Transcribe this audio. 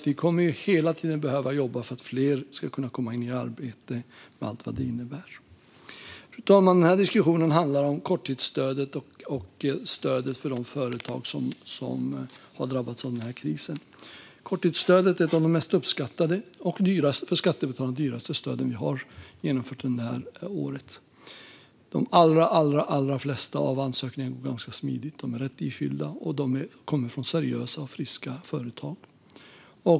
Vi kommer hela tiden att behöva jobba för att fler ska kunna komma in i arbete, med allt vad det innebär. Fru talman! Denna debatt handlar om korttidsstödet och stödet för de företag som drabbats i denna kris. Korttidsstödet är ett av de mest uppskattade och för skattebetalarna dyraste stöden vi har infört under detta år. De allra flesta ansökningar behandlas smidigt; de är rätt ifyllda och kommer från seriösa och friska företag.